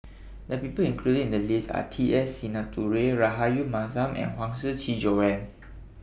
The People included in The list Are T S Sinnathuray Rahayu Mahzam and Huang Shiqi Joan